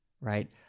right